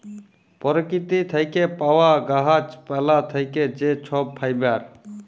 পরকিতি থ্যাকে পাউয়া গাহাচ পালা থ্যাকে যে ছব ফাইবার